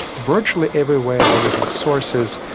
virtually everywhere where we have sources,